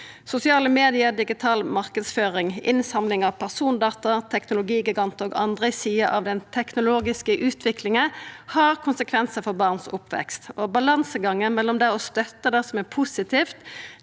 Sosiale medium, digital marknadsføring, innsamling av persondata, teknologigigantar og andre sider av den teknologiske utviklinga har konsekvensar for oppveksten til barn. Balansegangen mellom det å støtta det som er positivt,